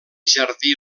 jardí